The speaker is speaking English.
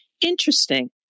interesting